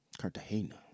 Cartagena